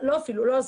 אפילו לא הזכות.